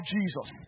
Jesus